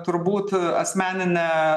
turbūt asmeninę